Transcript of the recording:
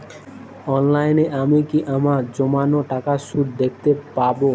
অনলাইনে আমি কি আমার জমানো টাকার সুদ দেখতে পবো?